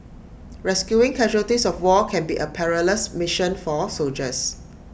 rescuing casualties of war can be A perilous mission for soldiers